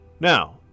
Now